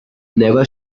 never